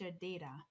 data